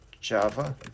Java